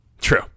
True